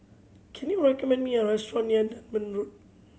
can you recommend me a restaurant near Dunman Road